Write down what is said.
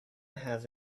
have